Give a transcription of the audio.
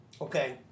Okay